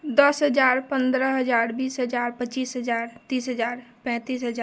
दस हजार पन्द्रह हजार बीस हजार पच्चीस हजार तीस हजार पैंतिस हजार